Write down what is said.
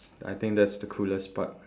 I think that's the coolest part